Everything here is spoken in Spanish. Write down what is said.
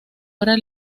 obra